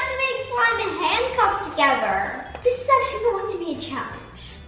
slime and handcuffed together. this is actually going to be a challenge.